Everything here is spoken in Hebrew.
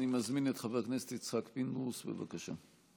אני מזמין את חבר הכנסת יצחק פינדרוס, בבקשה.